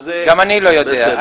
גם אני לא יודע.